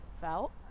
felt